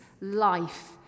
life